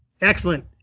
excellent